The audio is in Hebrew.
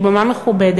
שהיא במה מכובדת,